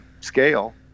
scale